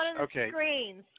okay